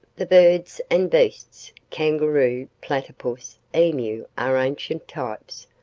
the birds and beasts kangaroo, platypus, emu are ancient types,